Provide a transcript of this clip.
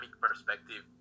perspective